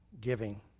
giving